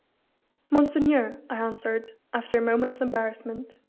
monseigneur, i answered, after a moment's embarrassment,